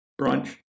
Brunch